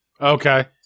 Okay